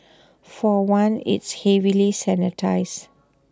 for one it's heavily sanitised